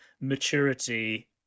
maturity